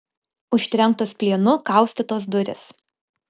užtrenktos plienu kaustytos durys